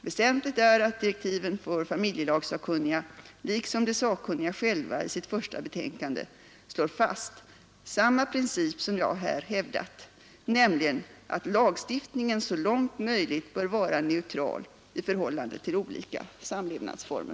Väsentligt är att direktiven för familjelagssakkunniga, liksom de sakkunniga själva i sitt första betänkande, slår fast samma princip som jag här hävdat, nämligen att lagstiftningen så långt möjligt bör vara neutral i förhållande till olika samlevnadsformer.